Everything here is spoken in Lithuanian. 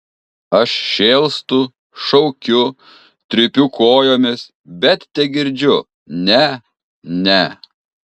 aš šėlstu šaukiu trypiu kojomis bet tegirdžiu ne ne